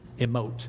emote